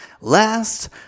last